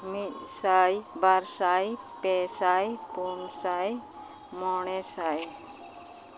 ᱢᱤᱫ ᱥᱟᱭ ᱵᱟᱨ ᱥᱟᱭ ᱯᱮ ᱥᱟᱭ ᱯᱩᱱ ᱥᱟᱭ ᱢᱚᱬᱮ ᱥᱟᱭ